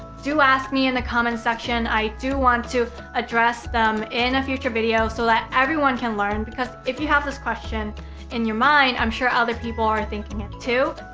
do ask me in the comment section! i do want to address them in a future video, so that everyone can learn. because if you have this question in your mind, i'm sure other people are thinking it, too.